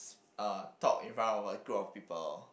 s~ uh talk in front of a group of people